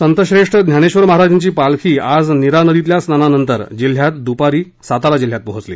संतश्रेष्ठ ज्ञानेश्वर महाराजांची पालखी आज नीरा नदीतल्या स्नानानंतर जिल्ह्यात दूपारी सातारा जिल्ह्यात पोहोचली